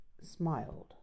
smiled